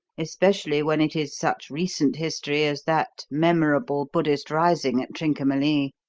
especially when it is such recent history as that memorable buddhist rising at trincomalee.